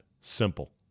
simple